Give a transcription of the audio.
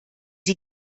sie